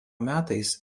metais